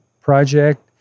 project